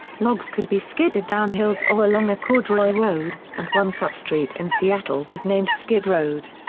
logs could be skidded down hills or along a corduroy road, and one such street in seattle was named skid road.